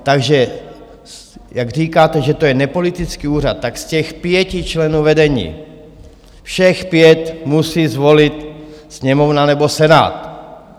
Takže jak říkáte, že to je nepolitický úřad, tak z těch pěti členů vedení všech pět musí zvolit Sněmovna nebo Senát.